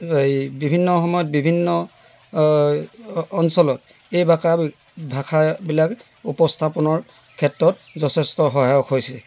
বিভিন্ন সময়ত বিভিন্ন অঞ্চলত এই ভাষা ভাষাবিলাক উপস্থাপনৰ ক্ষেত্ৰত যথেষ্ট সহায়ক হৈছে